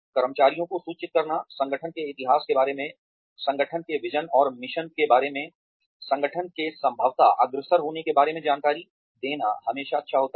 कर्मचारियों को सूचित करना संगठन के इतिहास के बारे में संगठन के विज़न और मिशन के बारे में और संगठन के संभवत अग्रसर होने के बारे में जानकारी देना हमेशा अच्छा होता है